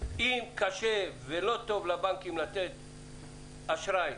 אם קשה ולא טוב לבנקים לתת אשראי